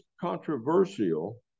controversial